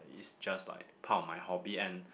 it's just like part of my hobby and